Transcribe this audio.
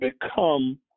become